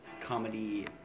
comedy